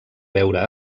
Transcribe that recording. veure